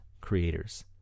creators